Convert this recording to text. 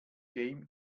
game